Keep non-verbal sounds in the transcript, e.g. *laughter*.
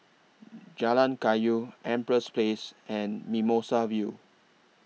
*noise* Jalan Kayu Empress Place and Mimosa View